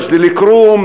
מג'ד-אלכרום,